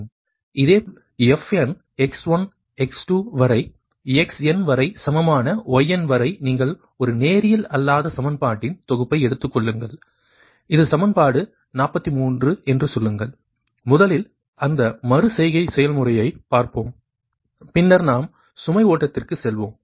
இதேபோல் fn x1 x2 வரை xn வரை சமமான yn வரை நீங்கள் ஒரு நேரியல் அல்லாத சமன்பாட்டின் தொகுப்பை எடுத்துக் கொள்ளுங்கள் இது சமன்பாடு 43 என்று சொல்லுங்கள் முதலில் அந்த மறு செய்கை செயல்முறையைப் பார்ப்போம் பின்னர் நாம் சுமை ஓட்டத்திற்குச் செல்வோம்